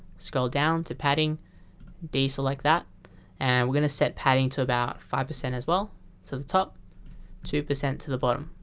scroll down to padding deselect that and we're gonna set padding to about five percent as well to the top two percent to the bottom